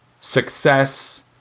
success